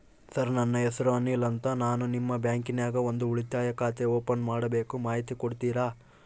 Sir ನನ್ನ ಹೆಸರು ಅನಿಲ್ ಅಂತ ನಾನು ನಿಮ್ಮ ಬ್ಯಾಂಕಿನ್ಯಾಗ ಒಂದು ಉಳಿತಾಯ ಖಾತೆ ಓಪನ್ ಮಾಡಬೇಕು ಮಾಹಿತಿ ಕೊಡ್ತೇರಾ?